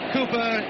Cooper